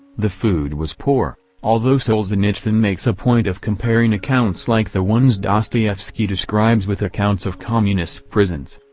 the food was poor, although solzhenitsyn makes a point of comparing accounts like the ones dostoyevsky describes with accounts of communist prisons.